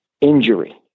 injury